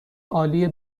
عالی